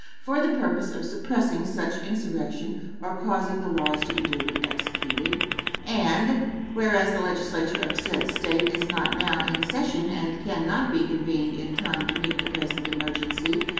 for the purpose of suppressing such insurrection or causing the laws to be duly executed and whereas the legislature of said state is not now in session and can not be convened in time to meet the present emergency,